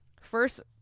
First